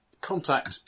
Contact